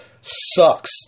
sucks